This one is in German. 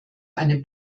eine